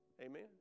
Amen